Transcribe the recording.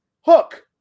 hook